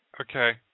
okay